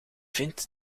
vindt